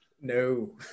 No